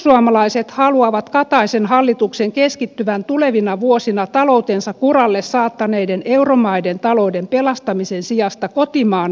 perussuomalaiset haluavat kataisen hallituksen keskittyvän tulevina vuosina taloutensa kuralle saattaneiden euromaiden talouden pelastamisen sijasta kotimaan asioihin